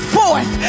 forth